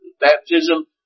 baptism